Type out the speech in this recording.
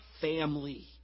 family